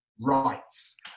rights